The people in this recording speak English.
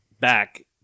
back